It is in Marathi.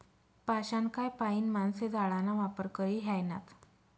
पाषाणकाय पाईन माणशे जाळाना वापर करी ह्रायनात